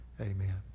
amen